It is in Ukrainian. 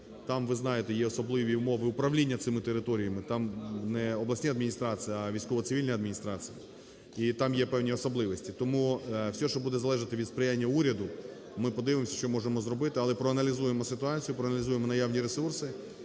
Там, ви знаєте, є особливі умови управління цими територіями, там не обласні адміністрації, а військово-цивільні адміністрації і там є певні особливості. Тому все, що буде залежати від сприяння уряду, ми подивимось, що можемо зробити. Але проаналізуємо ситуацію, проаналізуємо наявні ресурси